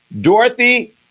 Dorothy